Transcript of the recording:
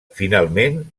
finalment